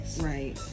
Right